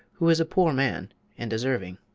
who is a poor man and deserving.